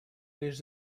лишь